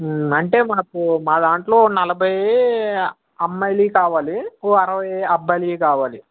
అంటే మాకు మా దాంట్లో నలభై అమ్మాయిలవి కావాలి ఒక అరవై అబ్బాయిలవి కావాలి